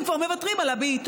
הם כבר מוותרים על הבעיטות,